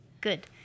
Good